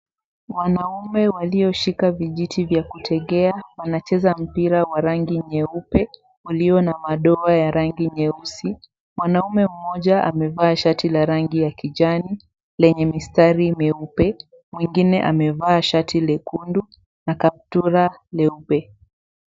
Wanaume walioshika vijiti vya kutegea wanacheza mpira wa rangi nyeupe uliona madoa ya rangi nyeusi. Mwanaume mmoja amevaa shati ya kijani lenye mistari meupe mwingine amevaa shati lekundu na kaptura leupe.